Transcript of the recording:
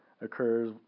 occurs